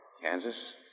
Kansas